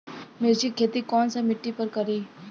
मिर्ची के खेती कौन सा मिट्टी पर करी?